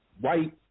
white